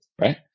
right